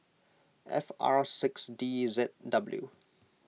F R six D Z W